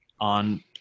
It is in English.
on